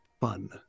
fun